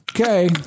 Okay